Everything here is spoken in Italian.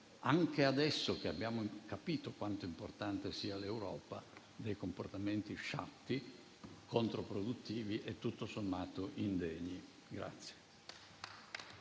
anche adesso che abbiamo capito quanto importante sia l'Europa - dei comportamenti sciatti, controproduttivi e tutto sommato indegni.